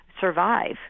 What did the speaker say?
survive